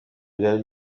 byari